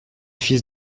fils